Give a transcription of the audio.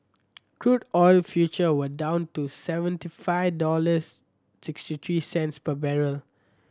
crude oil future were down to seventy five dollars sixty three cents per barrel